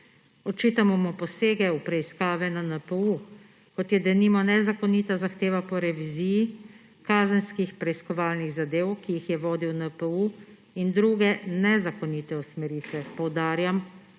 Očitamo mu posege v preiskave na NPU, kot je denimo nezakonita zahteva po reviziji kazenskih preiskovalnih zadev, ki jih je vodil NPU, in druge nezakonite usmeritve – poudarjam,